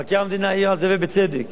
מבקר המדינה העיר על זה, ובצדק,